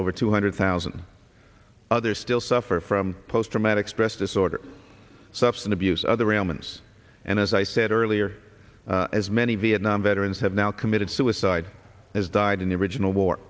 over two hundred thousand others still suffer from post traumatic stress disorder substance abuse other ailments and as i said earlier as many vietnam veterans have now committed suicide as died in the original war